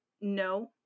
no